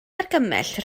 argymell